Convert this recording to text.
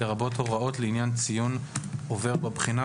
לרבות הוראות לעניין ציון עובר בבחינה,